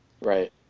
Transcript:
Right